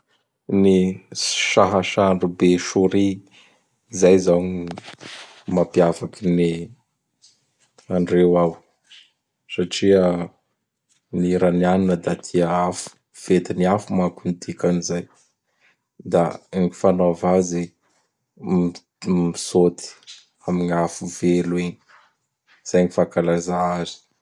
Ny "Sahasandrobesory" zay zao gn mapiavaky ny andreo ao satria ny Iranianina da tia afo. Fetin'ny afo manko ny dikan zay. Da gn fanaova azy i; da m-m- mitsôty am gn'afo velo igny. Zay gn fankalaza azy.